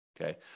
okay